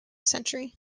century